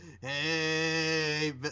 hey